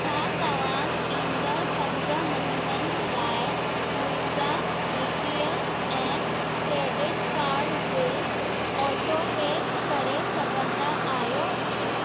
छा तव्हां ईंदड़ पंज महीननि लाइ मुंहिंजा डी टी एछ ऐं क्रेडिट कार्ड बिल ऑटोपे करे सघंदा आहियो